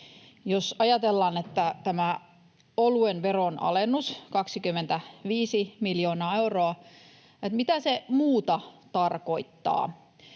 Jos ajatellaan tätä oluen veronalennusta, 25:tä miljoonaa euroa, mitä muuta se tarkoittaa.